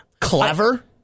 Clever